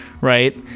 right